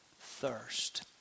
thirst